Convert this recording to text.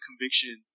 conviction